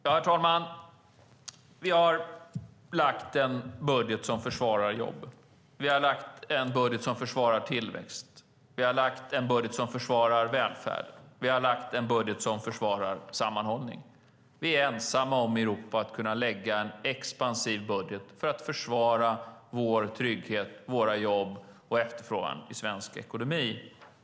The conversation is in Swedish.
Herr talman! Vi har lagt en budget som försvarar jobben. Vi har lagt en budget som försvarar tillväxt. Vi har lagt en budget som försvarar välfärd. Vi har lagt en budget som försvarar sammanhållning. Vi är ensamma i Europa om att kunna lägga en expansiv budget för att försvara vår trygghet, våra jobb och efterfrågan i svensk ekonomi.